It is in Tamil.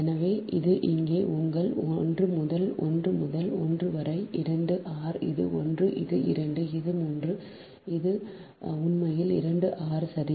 எனவே இது இங்கே உங்கள் 1 முதல் 1 முதல் 2 வரை 2 ஆர் இது 1 இது 2 இது 3 இது உண்மையில் 2 ஆர் சரி